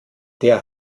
der